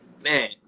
Man